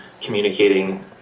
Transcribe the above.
communicating